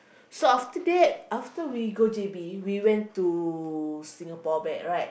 so after that after we go J_B we went to Singapore back right